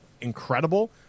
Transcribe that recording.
incredible